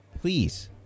Please